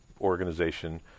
organization